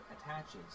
attaches